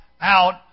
out